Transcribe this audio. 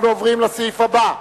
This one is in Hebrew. אנחנו עוברים לסעיף הבא.